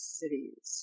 cities